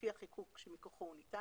לפי החיקוק שמכוחו הוא ניתן